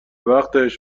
وقتش